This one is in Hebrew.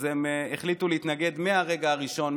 אז הם החליטו להתנגד מהרגע הראשון,